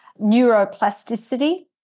neuroplasticity